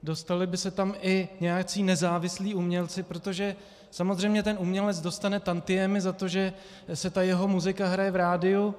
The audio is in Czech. Dostali by se tam i nějací nezávislí umělci, protože samozřejmě ten umělec dostane tantiémy za to, že se jeho muzika hraje v rádiu.